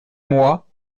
moi